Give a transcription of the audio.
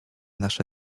nasze